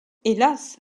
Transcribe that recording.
hélas